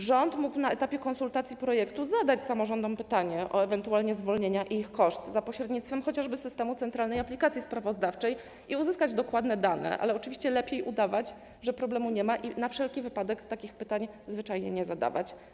Rząd mógł na etapie konsultacji projektu zadać samorządom pytanie o ewentualne zwolnienia i ich koszt za pośrednictwem chociażby systemu centralnej aplikacji sprawozdawczej i uzyskać dokładne dane, ale oczywiście lepiej udawać, że problemu nie ma, i na wszelki wypadek takich pytań zwyczajnie nie zadawać.